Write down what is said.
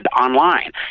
online